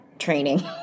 training